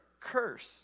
curse